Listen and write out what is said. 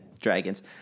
dragons